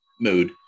mood